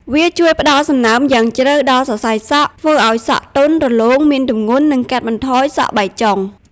វាជួយ ផ្ដល់សំណើម យ៉ាងជ្រៅដល់សរសៃសក់ ធ្វើឱ្យសក់ទន់ រលោង មានទម្ងន់ និង កាត់បន្ថយសក់បែកចុង។